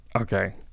okay